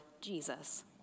Jesus